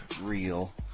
real